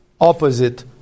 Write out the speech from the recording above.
opposite